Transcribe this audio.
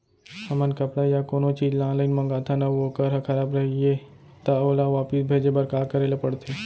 हमन कपड़ा या कोनो चीज ल ऑनलाइन मँगाथन अऊ वोकर ह खराब रहिये ता ओला वापस भेजे बर का करे ल पढ़थे?